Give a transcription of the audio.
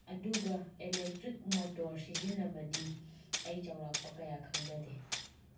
ꯑꯗꯨꯒ electric motor ꯁꯤꯖꯤꯟꯅꯕꯗꯤ ꯑꯩ ꯆꯥꯎꯔꯥꯛꯄ ꯀꯌꯥ ꯈꯪꯖꯗꯦ